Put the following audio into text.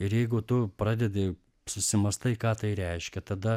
ir jeigu tu pradedi susimąstai ką tai reiškia tada